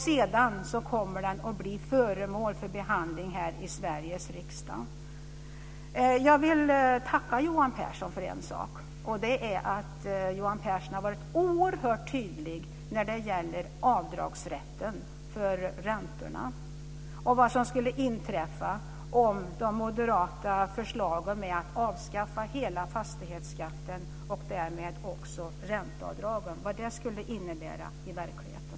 Sedan kommer den att bli föremål för behandling här i Sveriges riksdag. Jag vill tacka Johan Pehrson för en sak. Det är att Johan Pehrson har varit oerhört tydlig när det gäller avdragsrätten för räntorna och vad de moderata förslagen att avskaffa hela fastighetskatten och därmed också ränteavdragen skulle innebära i verkligheten.